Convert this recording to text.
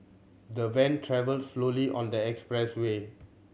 the van travelled slowly on the expressway